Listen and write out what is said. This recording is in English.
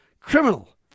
criminal